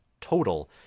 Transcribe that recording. total